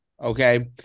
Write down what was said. Okay